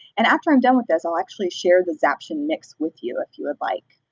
and after i'm done with this i'll actually share the zaption mix with you if you would like.